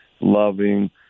loving